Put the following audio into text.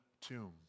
tomb